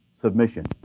submission